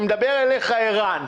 אני מדבר אליך, ערן.